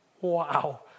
Wow